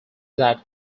that